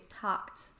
talked